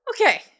Okay